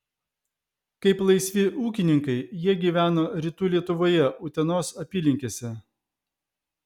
kaip laisvi ūkininkai jie gyveno rytų lietuvoje utenos apylinkėse